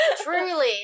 Truly